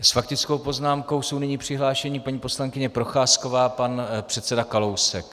S faktickou poznámkou jsou nyní přihlášeni paní poslankyně Procházková a pan předseda Kalousek.